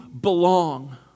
belong